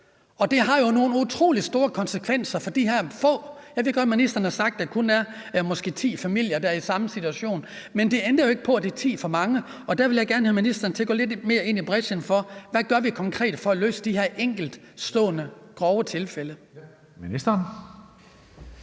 og det har jo nogle utrolig store konsekvenser for de her få. Jeg ved godt, at ministeren har sagt, at det måske kun er ti familier, der er i samme situation, men det ændrer jo ikke på, at det er ti for mange, og der vil jeg gerne have ministeren til at gå lidt mere ind i brechen og se på, hvad man konkret skal gøre for at løse de her enkeltstående grove tilfælde. Kl.